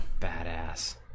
Badass